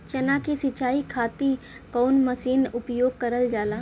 चना के सिंचाई खाती कवन मसीन उपयोग करल जाला?